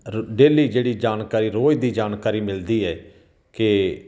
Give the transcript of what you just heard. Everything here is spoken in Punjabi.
ਰੋ ਡੇਲੀ ਜਿਹੜੀ ਜਾਣਕਾਰੀ ਰੋਜ਼ ਦੀ ਜਾਣਕਾਰੀ ਮਿਲਦੀ ਹੈ ਕਿ